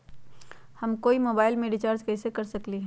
हम कोई मोबाईल में रिचार्ज कईसे कर सकली ह?